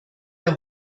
der